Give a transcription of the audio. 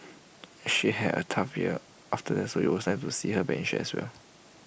she had A tough year after that so to see her back in shape as well